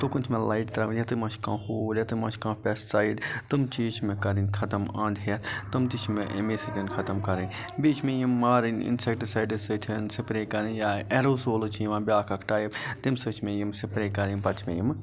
تُلُن چھِ مےٚ لایٹ تراوٕنۍ ییٚتٮ۪ن مہ چھُ کانٛہہ ہول ییٚتٮ۪ن مہ چھُ کانٛہہ پیٚسٹسایڈ تِم چیٖز چھِ مےٚ کَرٕنۍ ختم اَنٛد ہیٚتھ تم تہِ چھِ مےٚ امے سۭتۍ ختم کَرٕنۍ بیٚیہِ چھِ مےٚ یِم مارٕنۍ اِنسیٚکِسایڈٕ سۭتۍ سپرے کَرٕنۍ یا ایروسول چھِ یِوان بیاکھ اکھ ٹایپ تمہِ سۭتۍ چھِ مےٚ یِم سپرے کَرٕنۍ پَتہٕ چھِ مےٚ یِم